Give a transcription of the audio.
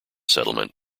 settlement